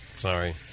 Sorry